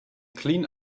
clean